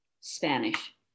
Spanish